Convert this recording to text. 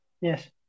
Yes